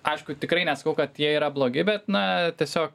aišku tikrai nesakau kad jie yra blogi bet na tiesiog